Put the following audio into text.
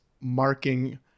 marking